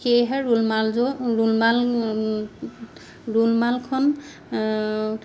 সেয়েহে ৰুলমালযোৰ ৰুলমাল ৰুলমালখন